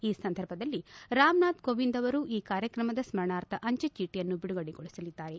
ಈ ಸಂದರ್ಭದಲ್ಲಿ ರಾಮನಾಥ್ ಕೋವಿಂದ ಅವರು ಈ ಕಾರ್ಯಕ್ರಮದ ಸ್ಪರ್ಣಾಥ ಅಂಚೆ ಚೀಟಿಯನ್ನು ಬಿಡುಗಡಗೊಳಿಸಲಿದ್ದಾರೆ